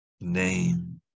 name